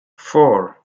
four